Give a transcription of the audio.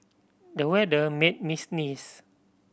the weather made me sneeze